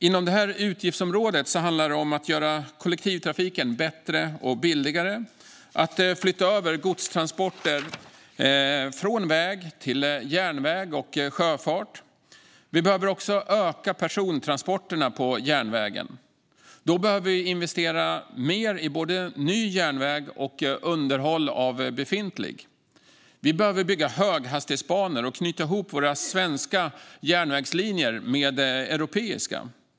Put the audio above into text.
Inom detta utgiftsområde handlar det om att göra kollektivtrafiken billigare och bättre och att flytta över godstransporter från väg till järnväg och sjöfart. Vi behöver också öka persontransporterna på järnväg, och då behöver vi investera mer i både ny järnväg och underhåll av befintlig järnväg. Vi behöver bygga höghastighetsbanor och knyta ihop våra svenska järnvägslinjer med de europeiska.